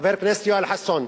חבר הכנסת יואל חסון,